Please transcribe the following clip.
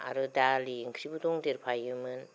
आरो दालि ओंख्रिबो दंदेरफायोमोन